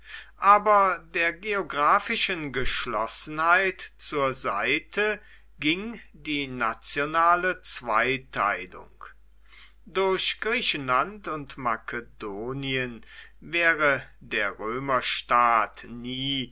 aber der geographischen geschlossenheit zur seite ging die nationale zweiteilung durch griechenland und makedonien wäre der römerstaat nie